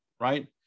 right